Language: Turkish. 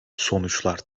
sonuçlar